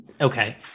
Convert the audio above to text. Okay